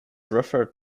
referred